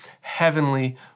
heavenly